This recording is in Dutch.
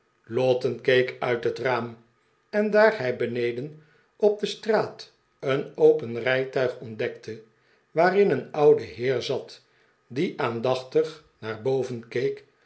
lowten keek uit het raam en daar hij beneden op de straat een open rijtuig ontdekte waarin een oude heer zat die aandachtig naar boven